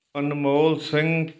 Anmol Singh